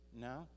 No